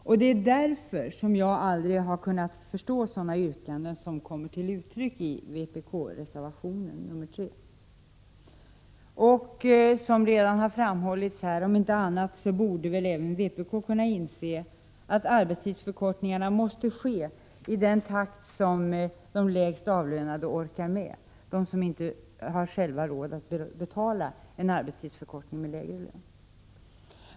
Jag har därför aldrig kunnat förstå sådana yrkanden som de som ställs i vpk-reservationen nr 3. Omiinte annat — det har redan framhållits här — borde väl även vpk kunna inse att arbetstidsförkortningarna måste ske i en takt som de lägst avlönade orkar med, de som inte har råd att själva betala en arbetstidsförkortning med lägre lön.